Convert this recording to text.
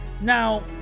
now